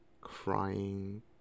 crying